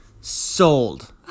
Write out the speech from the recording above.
Sold